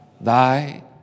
thy